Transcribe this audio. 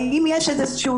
האם יש קריטריונים?